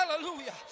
Hallelujah